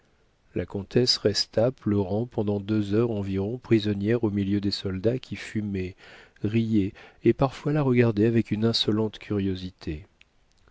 la comtesse resta pleurant pendant deux heures environ prisonnière au milieu des soldats qui fumaient riaient et parfois la regardaient avec une insolente curiosité